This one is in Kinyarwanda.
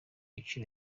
igiciro